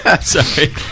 Sorry